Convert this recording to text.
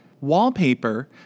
wallpaper